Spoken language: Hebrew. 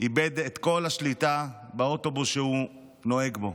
איבד את כל השליטה באוטובוס שהוא נוהג בו.